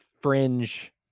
fringe